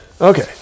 Okay